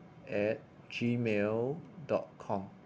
at G mail dot com